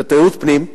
זו תיירות פנים,